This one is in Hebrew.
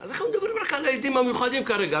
אנחנו מדברים רק על הילדים המיוחדים כרגע,